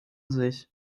sich